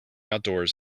outdoors